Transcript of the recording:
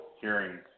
hearing